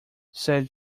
said